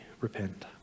repent